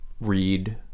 read